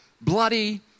bloody